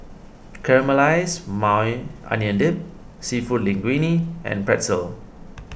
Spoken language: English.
Caramelized Maui Onion Dip Seafood Linguine and Pretzel